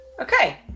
Okay